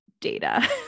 data